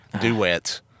duet